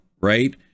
right